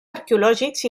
arqueològics